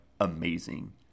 amazing